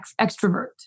extrovert